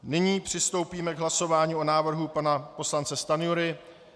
Nyní přistoupíme k hlasování o návrhu pana poslance Stanjury.